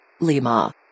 Lima